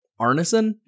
Arneson